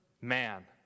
man